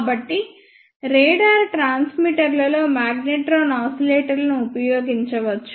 కాబట్టి రాడార్ ట్రాన్స్మిటర్లలో మాగ్నెట్రాన్ ఆసిలేటర్లను ఉపయోగించవచ్చు